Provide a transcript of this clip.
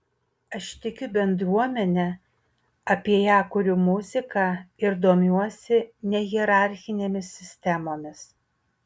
aš tikiu bendruomene apie ją kuriu muziką ir domiuosi nehierarchinėmis sistemomis